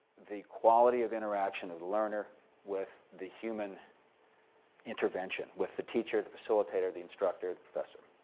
the quality of interaction of the learner with the human intervention, with the teacher, the facilitator, the instructor, the professor,